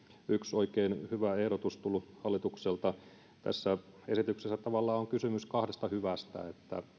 yksi oikein hyvä ehdotus tullut hallitukselta tässä esityksessä tavallaan on kysymys kahdesta hyvästä